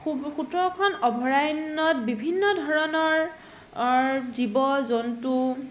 সোতৰখন অভয়াৰণ্যত বিভিন্ন ধৰণৰ জীৱ জন্তু